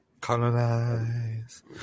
Colonize